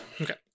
Okay